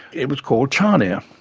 it was called charnia,